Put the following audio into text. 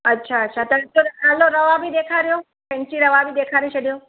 अछा अछा त हलो रवा बि ॾेखारियो फेन्सी रवा बि ॾेखारे छॾियो